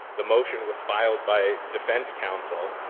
the motion was filed by defense counsel,